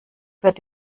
wird